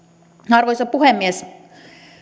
arvoisa puhemies